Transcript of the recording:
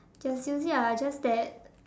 just use it ah just that